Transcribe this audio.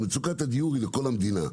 מצוקת הדיור היא לכל המדינה,